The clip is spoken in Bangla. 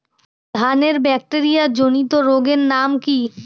ধানের ব্যাকটেরিয়া জনিত রোগের নাম কি?